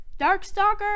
Darkstalker